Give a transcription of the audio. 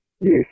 yes